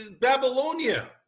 Babylonia